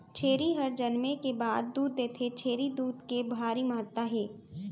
छेरी हर जनमे के बाद दूद देथे, छेरी दूद के भारी महत्ता हे